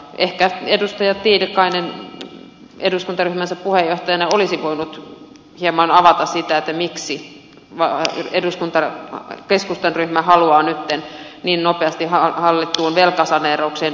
ehkä edustaja tiilikainen eduskuntaryhmänsä puheenjohtajana olisi voinut hieman avata sitä miksi keskustan ryhmä haluaa nytten niin nopeasti hallittuun velkasaneeraukseen